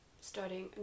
Starting